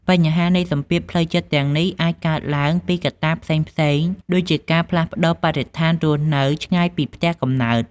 បញ្ហានៃសម្ពាធផ្លូវចិត្តទាំងនេះអាចកើតឡើងពីកត្តាផ្សេងៗដូចជាការផ្លាស់ប្តូរបរិស្ថានរស់នៅឆ្ងាយពីផ្ទះកំណើត។